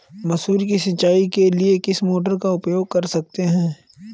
मसूर की सिंचाई के लिए किस मोटर का उपयोग कर सकते हैं?